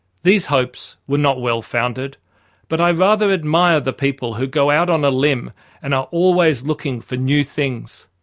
these hopes were not well-founded but i rather admire the people who go out on a limb and are always looking for new things.